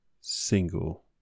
single